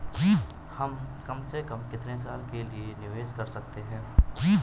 हम कम से कम कितने साल के लिए निवेश कर सकते हैं?